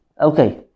Okay